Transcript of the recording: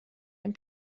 dem